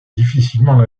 difficilement